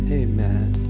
amen